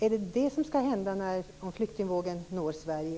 Är det detta som skall hända om flyktingvågen når Sverige?